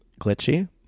glitchy